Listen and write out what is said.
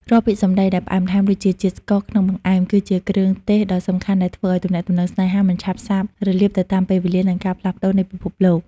រាល់ពាក្យសម្ដីដែលផ្អែមល្ហែមដូចជាជាតិស្ករក្នុងបង្អែម គឺជាគ្រឿងទេសដ៏សំខាន់ដែលធ្វើឱ្យទំនាក់ទំនងស្នេហាមិនឆាប់សាបរលាបទៅតាមពេលវេលា និងការផ្លាស់ប្ដូរនៃពិភពលោក។